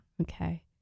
okay